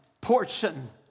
portion